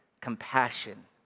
compassion